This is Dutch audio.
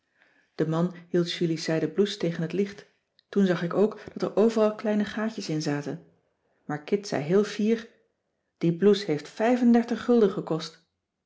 de man hield julies zijden blouse tegen het licht toen zag ik ook dat er overal kleine gaatjes in zaten maar kit zei heel fier die blouse heeft vijf en dertig gulden gekost